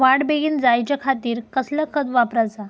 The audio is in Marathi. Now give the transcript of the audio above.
वाढ बेगीन जायच्या खातीर कसला खत वापराचा?